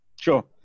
Sure